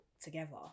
together